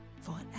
forever